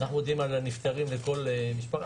אנחנו מודיעים לכל משפחה על הנפטרים.